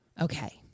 Okay